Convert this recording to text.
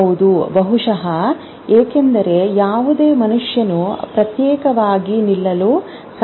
ಹೌದು ಬಹುಶಃ ಏಕೆಂದರೆ ಯಾವುದೇ ಮನುಷ್ಯನು ಪ್ರತ್ಯೇಕವಾಗಿ ನಿಲ್ಲಲು ಸಾಧ್ಯವಿಲ್ಲ